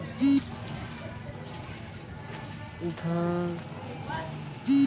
सिंचाई स्प्रिंकलर केरो उपयोग आवासीय, औद्योगिक आरु कृषि म करलो जाय छै